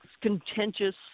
contentious